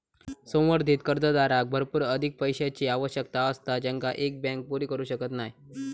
संवर्धित कर्जदाराक भरपूर अधिक पैशाची आवश्यकता असता जेंका एक बँक पुरी करू शकत नाय